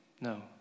No